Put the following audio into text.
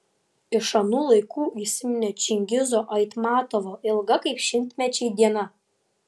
iš anų laikų įsiminė čingizo aitmatovo ilga kaip šimtmečiai diena